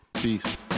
Peace